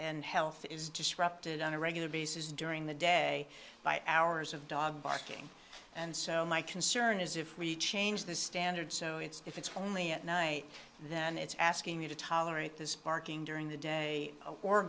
and health is disrupted on a regular basis during the day by hours of dog barking and so my concern is if we change the standard so it's if it's only at night then it's asking me to tolerate this barking during the day or